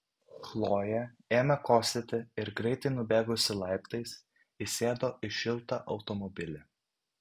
chlojė ėmė kosėti ir greitai nubėgusi laiptais įsėdo į šiltą automobilį